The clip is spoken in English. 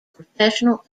professional